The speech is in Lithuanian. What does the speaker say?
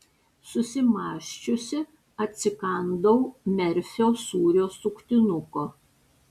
susimąsčiusi atsikandau merfio sūrio suktinuko